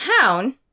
town